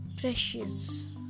precious